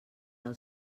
del